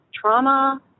trauma